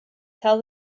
tell